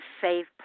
safe